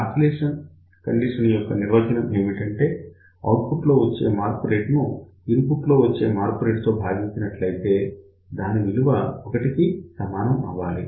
oscillation condition యొక్క నిర్వచనం ఏమిటంటే ఔట్పుట్ లో వచ్చే మార్పు రేటు ను ఇన్పుట్ లో వచ్చే మార్పు రేటు తో భాగించినట్లయితే దాని విలువ 1 కి సమానం అవ్వాలి